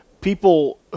people